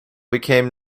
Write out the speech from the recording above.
became